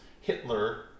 Hitler